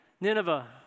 Nineveh